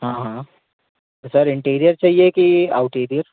हाँ हाँ तो सर इंटीरियर चाहिये कि आउटीरियर